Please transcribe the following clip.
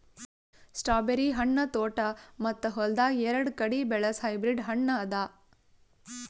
strawberry ಹಣ್ಣ ತೋಟ ಮತ್ತ ಹೊಲ್ದಾಗ್ ಎರಡು ಕಡಿ ಬೆಳಸ್ ಹೈಬ್ರಿಡ್ ಹಣ್ಣ ಅದಾ